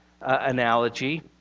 analogy